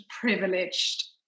privileged